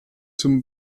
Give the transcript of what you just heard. zum